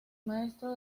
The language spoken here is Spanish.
maestro